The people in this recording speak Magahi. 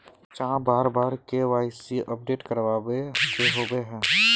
चाँह बार बार के.वाई.सी अपडेट करावे के होबे है?